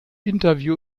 interview